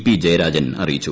P Jayarajan അറിയിച്ചു